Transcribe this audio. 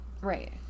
Right